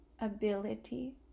ability